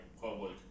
public